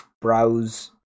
browse